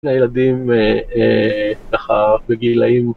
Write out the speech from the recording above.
שני ילדים ככה, בגילאים